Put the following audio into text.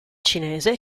cinese